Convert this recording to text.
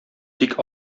тик